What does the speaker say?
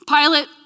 Pilate